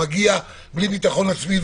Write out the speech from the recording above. מגיע בלי ביטחון עצמי,